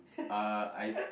uh I